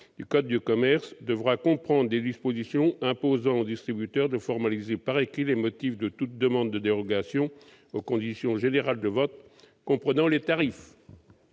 du code de commerce devra comprendre des dispositions imposant au distributeur de formaliser par écrit les motifs de toute demande de dérogation aux conditions générales de vente comprenant les tarifs.